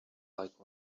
like